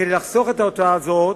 כדי לחסוך את ההוצאה הזאת,